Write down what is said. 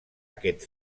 aquest